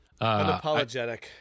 Unapologetic